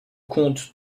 conte